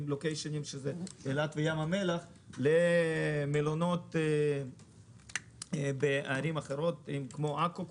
ל-prime locations שזה באילת ובים המלח למלונות בערים אחרות בעכו,